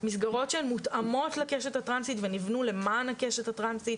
מוסגרות שהן מותאמות לקשת הטרנסית ונבנו למען הקשת הטרנסית,